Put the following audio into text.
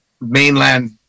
mainland